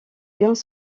biens